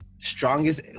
Strongest